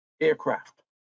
aircraft